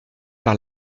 par